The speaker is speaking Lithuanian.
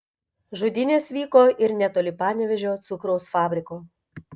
žudynės vyko ir netoli panevėžio cukraus fabriko